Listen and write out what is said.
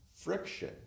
friction